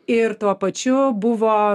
ir tuo pačiu buvo